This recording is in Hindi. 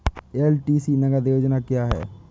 एल.टी.सी नगद योजना क्या है?